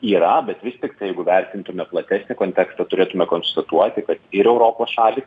yra bet vis tiktai jeigu vertintume platesnį kontekstą turėtume konstatuoti kad ir europos šalys